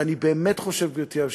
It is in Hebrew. ואני באמת חושב, גברתי היושבת-ראש,